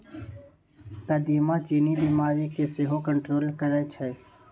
कदीमा चीन्नी बीमारी केँ सेहो कंट्रोल करय छै